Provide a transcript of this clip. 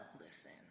Listen